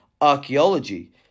Archaeology